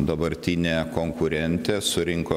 dabartinė konkurentė surinko